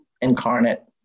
incarnate